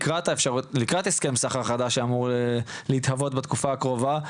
לקראת הסכם שכר חדש שאמור להתהוות בתקופה הקרובה,